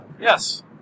Yes